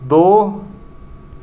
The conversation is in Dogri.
दो